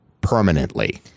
permanently